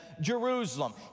Jerusalem